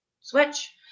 switch